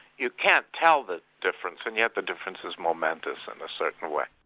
you can't tell the difference, and yet the difference is momentous in a certain way.